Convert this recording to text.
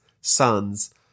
sons